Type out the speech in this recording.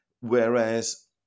Whereas